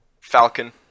Falcon